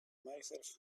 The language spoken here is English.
myself